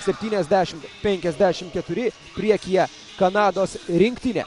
septyniasdešimt penkiasdešimt keturi priekyje kanados rinktinė